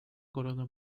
corona